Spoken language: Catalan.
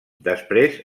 després